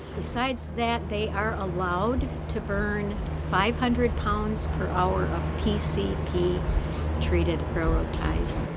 besides that, they are allowed to burn five hundred pounds per hour of pcp treated railroad ties.